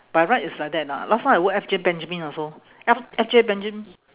by right it's like that ah last time I work F_J benjamin also F F_J benja~